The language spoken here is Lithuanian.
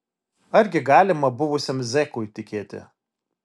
argi galima buvusiam zekui tikėti